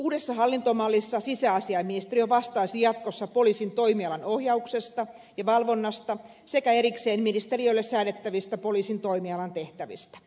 uudessa hallintomallissa sisäasiainministeriö vastaisi jatkossa poliisin toimialan ohjauksesta ja valvonnasta sekä erikseen ministeriölle säädettävistä poliisin toimialan tehtävistä